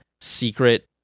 secret